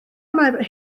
mae